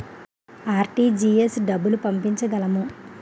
RTGS డబ్బులు పంపించగలము?